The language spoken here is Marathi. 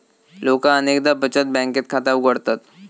लोका अनेकदा बचत बँकेत खाता उघडतत